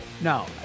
no